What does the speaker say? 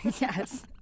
Yes